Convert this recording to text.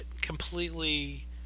completely